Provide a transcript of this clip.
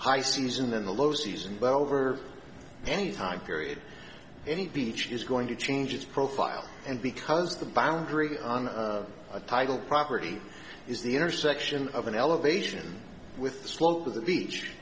high season and the low season but over any time period any beach is going to change its profile and because the boundary on a title property is the intersection of an elevation with the slope of the beach